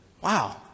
Wow